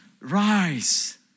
Rise